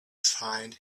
find